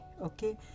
Okay